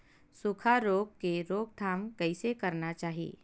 सुखा रोग के रोकथाम कइसे करना चाही?